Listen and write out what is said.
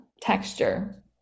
texture